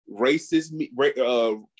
racist